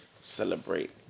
celebrate